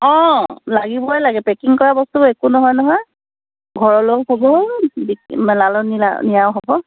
অঁ লাগিবই লাগে পেকিং কৰা বস্তুব একো নহয় নহয় ঘৰলৈও হ'ব বিক্ৰী নিয়াও হ'ব